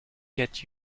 get